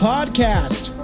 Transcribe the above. Podcast